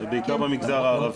זה בעיקר במגזר הערבי.